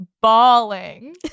bawling